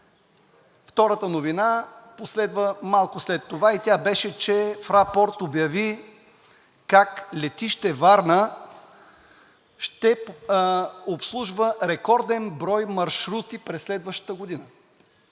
Втората новина последва малко след това и тя беше, че „Фрапорт“ обяви как летище Варна ще обслужва рекорден брой маршрути през следващата година.